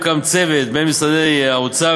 ואחריה יוקם צוות של משרדי האוצר,